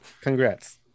Congrats